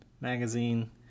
magazine